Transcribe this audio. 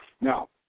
Now